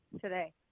today